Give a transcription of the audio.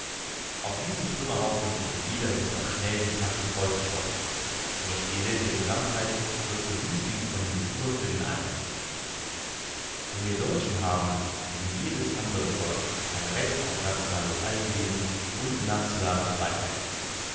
auf diesem trümmerhaufen sucht jeder sich noch schnell die taschen vollzustopfen und das elend der gesamtheit wird zur günstigen konjunktur für den einzelnen wir deutschen haben wie jedes andere volk ein recht auf nationales eigenleben und nationale freiheit